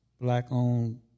black-owned